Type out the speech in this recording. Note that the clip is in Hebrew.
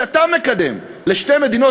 שאתה מקדם לשתי מדינות,